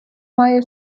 має